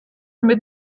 mit